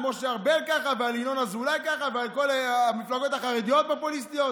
על משה ארבל ככה ועל ינון אזולאי ככה ועל המפלגות החרדיות פופוליסטיות,